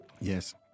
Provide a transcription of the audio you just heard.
Yes